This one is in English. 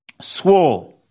swore